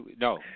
no